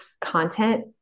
content